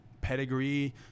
pedigree